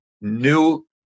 new